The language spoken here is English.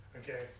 okay